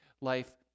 life